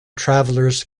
travelers